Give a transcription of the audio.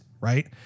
right